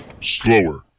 Slower